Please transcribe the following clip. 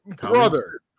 brother